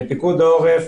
פיקוד העורף,